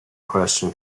question